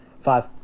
Five